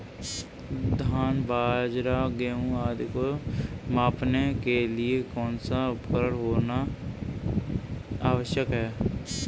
धान बाजरा गेहूँ आदि को मापने के लिए कौन सा उपकरण होना आवश्यक है?